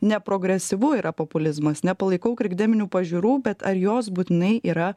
ne progresyvu yra populizmas nepalaikau krikdeminių pažiūrų bet ar jos būtinai yra